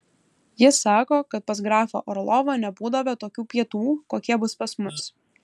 jis sako kad pas grafą orlovą nebūdavę tokių pietų kokie bus pas mus